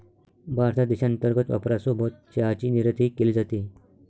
भारतात देशांतर्गत वापरासोबत चहाची निर्यातही केली जाते